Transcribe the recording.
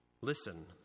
Listen